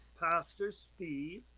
PastorSteve